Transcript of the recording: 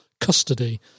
custody